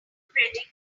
predicted